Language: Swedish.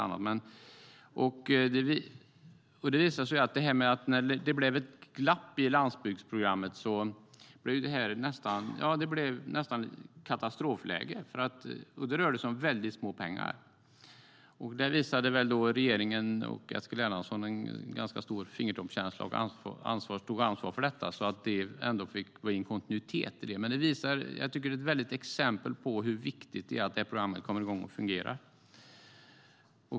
När det blev ett glapp i landsbygdsprogrammet uppstod det nästan katastrofläge, och det rörde sig om väldigt små pengar. Där visade regeringen och Eskil Erlandsson en ganska stor fingertoppskänsla och tog ansvar för detta, så det blev ändå en viss kontinuitet. Det är ett exempel på hur viktigt det är att det programmet kommer igång och fungerar.